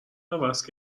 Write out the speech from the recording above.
عوض